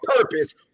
purpose